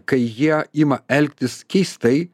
kai jie ima elgtis keistai